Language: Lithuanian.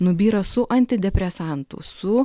nubyra su antidepresantų su